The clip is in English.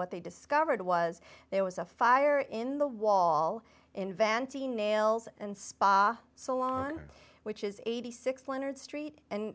what they discovered was there was a fire in the wall inventing nails and spa salon which is eighty six leonard street and